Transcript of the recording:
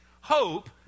hope